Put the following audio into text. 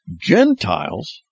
Gentiles